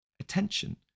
Attention